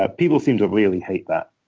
ah people seem to really hate that,